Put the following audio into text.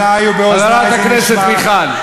בעיני ובאוזני זה נשמע,